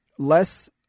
less